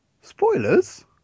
Spoilers